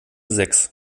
sechs